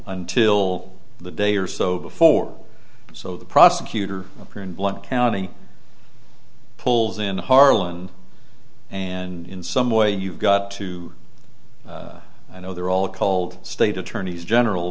until the day or so before so the prosecutor here in blunt county pulls in harlan and in some way you've got to you know they're all called state attorneys general